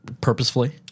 purposefully